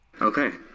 Okay